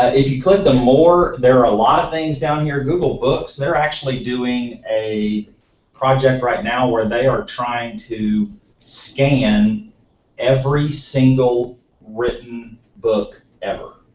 ah if you click the more, there are a lot of things down here. google books, they're actually doing a project right now where they are trying to scan every single written book, ever.